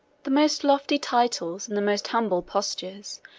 the most lofty titles, and the most humble postures,